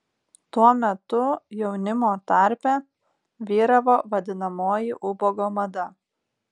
tuo metu jaunimo tarpe vyravo vadinamoji ubago mada